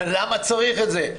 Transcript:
אז למה צריך את זה?